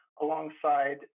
alongside